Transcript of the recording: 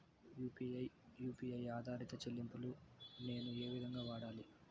UPI U P I ఆధారిత చెల్లింపులు నేను ఏ విధంగా వాడాలి?